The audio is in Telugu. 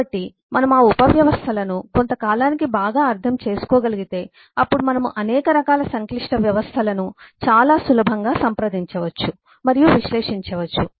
కాబట్టి మనము ఆ ఉపవ్యవస్థలను కొంత కాలానికి బాగా అర్థం చేసుకోగలిగితే అప్పుడు మనము అనేక రకాల సంక్లిష్ట వ్యవస్థలను చాలా సులభంగా సంప్రదించవచ్చు మరియు విశ్లేషించవచ్చు